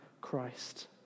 Christ